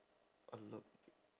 I'm not